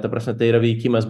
ta prasme tai yra veikimas